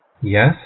Yes